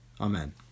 Amen